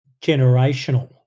generational